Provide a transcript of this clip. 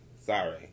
sorry